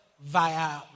Via